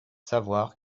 savoir